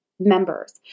members